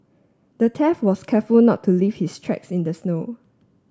the thief was careful not to leave his tracks in the snow